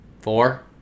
Four